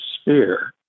sphere